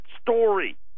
story